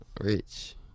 Rich